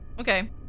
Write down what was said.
Okay